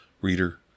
Reader